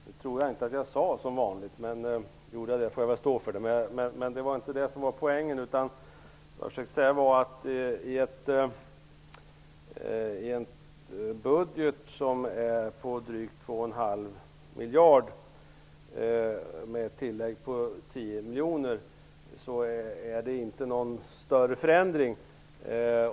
Herr talman! Jag tror inte att jag sade ''som vanligt'', men gjorde jag det får jag väl stå för det. Men det var inte det som var poängen. Vad jag försökte säga var att i en budget på drygt två och en halv miljard innebär inte ett tillägg på 10 miljoner någon större förändring.